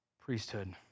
priesthood